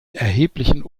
erheblichen